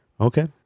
okay